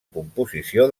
composició